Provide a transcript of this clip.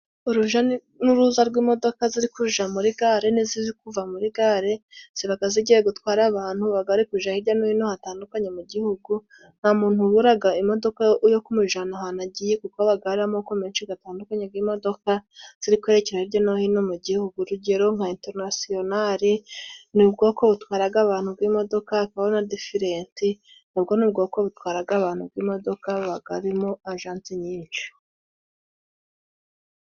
Uruja n'uruza rw'imodoka ziri kuja muri gare, n'iziri kuva muri gare. Zibaga zigiye gutwara abantu babaga bari kuja hirya no hino hatandukanye mu gihugu. Nta muntu uburaga imodoka yo kumujana ahantu agiye, kuko habaga hari amoko menshi gatandukanye g' imodoka, ziri kwerekera hirya no hino mu gihugu. Urugero nka interinasiyonali ni ubwoko butwaraga abantu bw'imodoka, hakaba na diferenti na bwo ni ubwoko butwaraga abantu bw'imodoka, habaga harimo ajanse nyinshi.